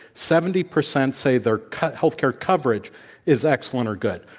seventy percent say their healthcare coverage is excellent or good.